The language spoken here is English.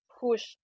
push